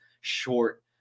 short